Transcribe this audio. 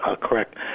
correct